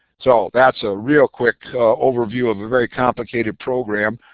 so that's a real quick overview of a very complicated program.